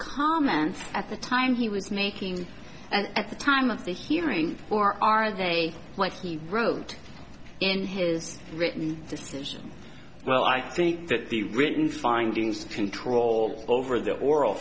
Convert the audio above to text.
comments at the time he was making and at the time of the hearing or are they like he wrote in his written decision well i think that the written findings control over the oral